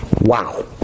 Wow